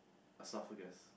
esophagus